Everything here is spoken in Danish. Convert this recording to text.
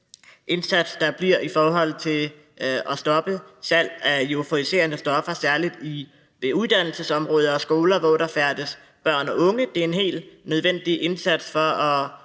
indsats, der bliver i forhold til at stoppe salg af euforiserende stoffer, særlig ved uddannelses- og skoleområder, hvor der færdes børn og unge. Det er en helt nødvendig indsats for at